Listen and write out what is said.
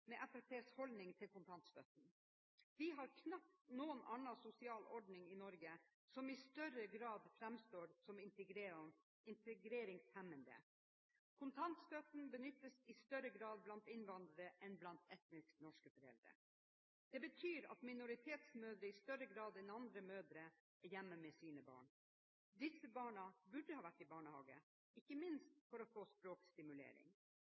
med partiets holdning til kontantstøtten. Vi har knapt noen annen sosial ordning i Norge som i større grad har framstått som integreringshemmende. Kontantstøtten benyttes i større grad blant innvandrere enn blant etnisk norske foreldre. Det betyr at minoritetsmødre i større grad enn andre mødre er hjemme med sine barn. Disse barna burde ha vært i barnehage, ikke minst for å få språkstimulering.